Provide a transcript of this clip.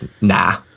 nah